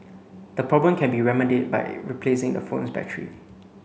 the problem can be remedied by replacing the phone's battery